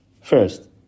First